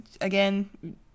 again